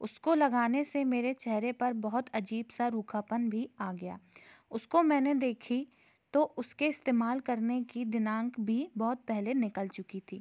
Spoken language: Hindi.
उसको लगाने से मेरे चेहरे पर बहुत अजीब सा रूखापन भी आ गया उसको मैंने देखी तो उसके इस्तेमाल करने की दिनांक भी बहुत पहले निकल चुकी थी